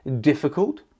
difficult